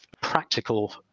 practical